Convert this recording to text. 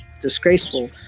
disgraceful